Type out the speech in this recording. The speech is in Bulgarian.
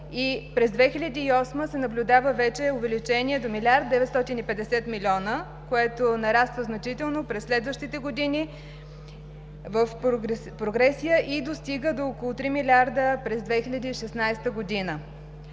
и през 2008 се наблюдава вече увеличение до милиард 950 милиона, което нараства значително през следващите години в прогресия и достига до около три милиарда през 2016 г.